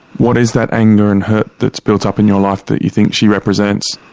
what is that anger and hurt that's built up in your life that you think she represents?